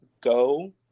go